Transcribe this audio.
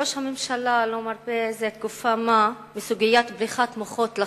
ראש הממשלה לא מרפה זה תקופת מה מסוגיית בריחת המוחות לחוץ-לארץ.